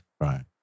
Right